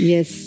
Yes